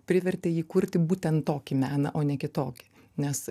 privertė jį kurti būtent tokį meną o ne kitokį nes